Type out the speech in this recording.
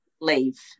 leave